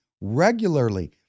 regularly